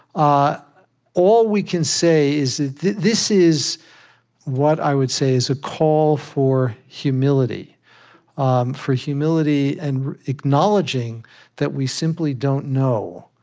ah all we can say is this is what i would say is a call for humility um for humility in and acknowledging that we simply don't know.